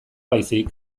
baizik